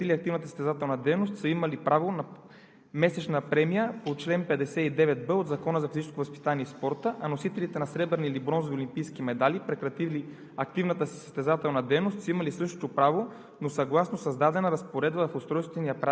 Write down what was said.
Старата нормативна уредба показва, че от 2005-а до 2008 г. олимпийските шампиони, прекратили активната си състезателна дейност, са имали право на месечна премия по чл. 59б от Закона за физическото възпитание и спорта, а носителите на сребърни или бронзови олимпийски медали, прекратили